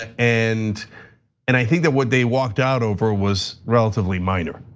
and and i think that what they walked out over was relatively minor.